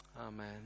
Amen